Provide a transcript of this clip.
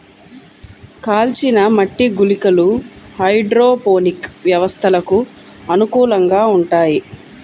కాల్చిన మట్టి గుళికలు హైడ్రోపోనిక్ వ్యవస్థలకు అనుకూలంగా ఉంటాయి